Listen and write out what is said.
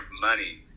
money